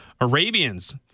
Arabians